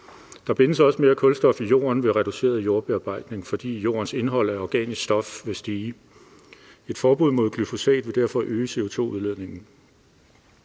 Der bindes også mere kulstof i jorden ved reduceret jordbearbejdning, fordi jordens indhold af organisk stof vil stige. Et forbud mod glyfosat vil derfor øge CO2-udledningen.